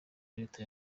leta